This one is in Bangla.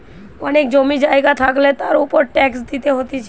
অনেক জমি জায়গা থাকলে তার উপর ট্যাক্স দিতে হতিছে